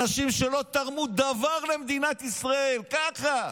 אנשים שלא תרמו דבר למדינת ישראל, ככה,